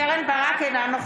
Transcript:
(קוראת בשמות חברי הכנסת) קרן ברק, אינה נוכחת